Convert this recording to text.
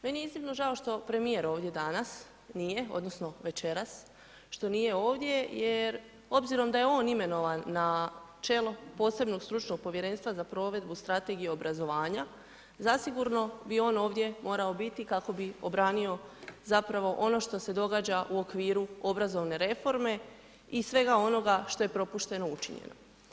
Meni je iznimno žao što premijer ovdje nije večeras što nije ovdje jer obzirom da je on imenovan na čelo posebnog stručnog povjerenstva za provedbu Strategije obrazovanja, zasigurno b on ovdje morao biti kako bi obranio ono što se događa u okviru obrazovne reforme i svega onoga što je propušteno učinjeno.